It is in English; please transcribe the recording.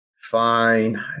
Fine